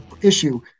issue